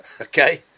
Okay